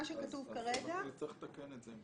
אם כך, נצטרך לתקן את זה.